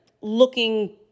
looking